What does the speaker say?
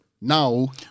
Now